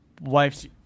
wife's